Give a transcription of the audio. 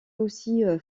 aussi